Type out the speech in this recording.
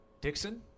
Dixon